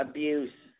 Abuse